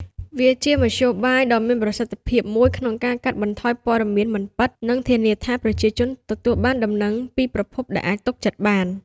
វាជាមធ្យោបាយដ៏មានប្រសិទ្ធភាពមួយក្នុងការកាត់បន្ថយព័ត៌មានមិនពិត និងធានាថាប្រជាជនទទួលបានដំណឹងពីប្រភពដែលអាចទុកចិត្តបាន។